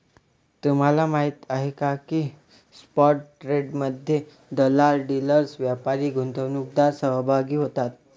तुम्हाला माहीत आहे का की स्पॉट ट्रेडमध्ये दलाल, डीलर्स, व्यापारी, गुंतवणूकदार सहभागी होतात